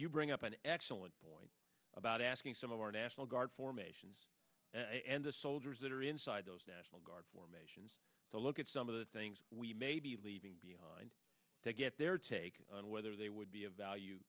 you bring up an excellent point about asking some of our national guard formations and the soldiers that are inside those national guard formations to look at some of the things we may be leaving behind to get their take on whether they would be of value